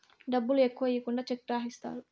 డబ్బులు ఎక్కువ ఈకుండా చెక్ రాసిత్తారు